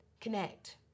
Connect